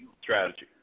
strategy